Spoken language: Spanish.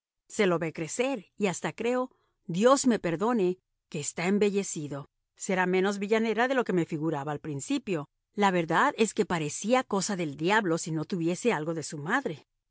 se lo ve crecer y hasta creo dios me perdone que está embellecido será menos villanera de lo que me figuraba al principio la verdad es que parecería cosa del diablo si no tuviese algo de su madre